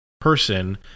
person